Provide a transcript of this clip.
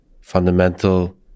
fundamental